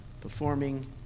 performing